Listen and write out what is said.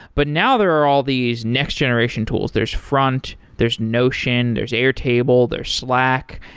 but now there are all these next-generation tools there's front, there's notion there's air table, there's slack.